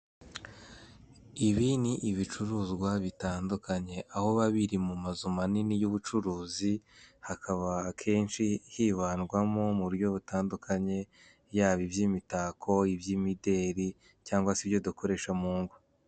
Ibi ni ibicuruzwa bitandukanye aho biba biri mu mazu manini y'ubucuruzi, hakaba akenshi hibandwamo mu buryo butandukanye yaba iby'imitako, iby'imideri cyangwa se ibyo dukoresha mu ngo.